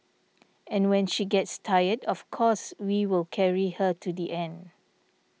and when she gets tired of course we will carry her to the end